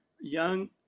young